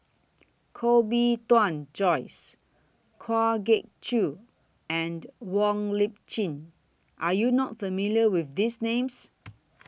Koh Bee Tuan Joyce Kwa Geok Choo and Wong Lip Chin Are YOU not familiar with These Names